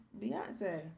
Beyonce